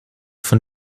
von